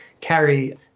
carry